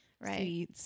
right